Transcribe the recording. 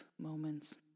moments